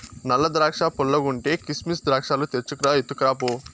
నల్ల ద్రాక్షా పుల్లగుంటే, కిసిమెస్ ద్రాక్షాలు తెచ్చుకు రా, ఎత్తుకురా పో